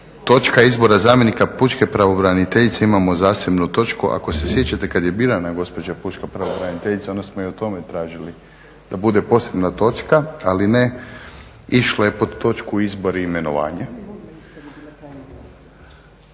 točka izbora zamjenika pučke pravobraniteljice imamo zasebnu točku. Ako se sjećate kad je birana gospođa pučka pravobraniteljica onda smo i o tome tražili da bude posebna točka, ali ne, išlo je pod točku Izbor i imenovanje.